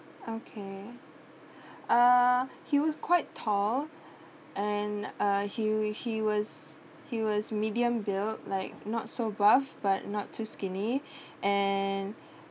okay uh he was quite tall and uh he he was he was medium build like not so buff but not too skinny and